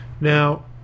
Now